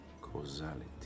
causality